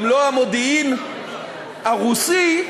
גם לא המודיעין הרוסי,